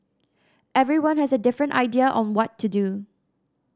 everyone has a different idea on what to do